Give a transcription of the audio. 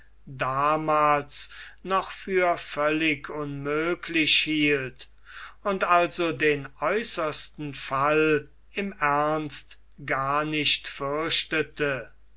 damals noch für völlig unmöglich hielt und also den äußersten fall im ernst gar nicht fürchtete